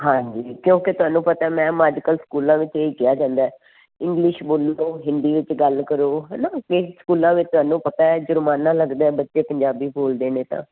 ਹਾਂਜੀ ਕਿਉਂਕਿ ਤੁਹਾਨੂੰ ਪਤਾ ਮੈਮ ਅੱਜ ਕੱਲ੍ਹ ਸਕੂਲਾਂ ਵਿੱਚ ਇਹ ਕਿਹਾ ਜਾਂਦਾ ਇੰਗਲਿਸ਼ ਬੋਲੋ ਹਿੰਦੀ ਵਿੱਚ ਗੱਲ ਕਰੋ ਹੈ ਨਾ ਕਿ ਸਕੂਲਾਂ ਵਿੱਚ ਤੁਹਾਨੂੰ ਪਤਾ ਜੁਰਮਾਨਾ ਲੱਗਦਾ ਬੱਚੇ ਪੰਜਾਬੀ ਬੋਲਦੇ ਨੇ ਤਾਂ